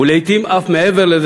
ולעתים אף מעבר לזה,